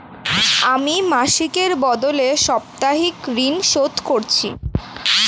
আমি মাসিকের বদলে সাপ্তাহিক ঋন শোধ করছি